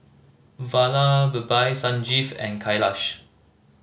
Vallabhbhai Sanjeev and Kailash